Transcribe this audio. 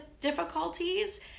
difficulties